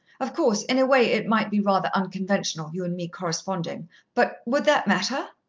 of course, in a way it might be rather unconventional, you and me corresponding but would that matter?